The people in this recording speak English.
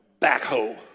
backhoe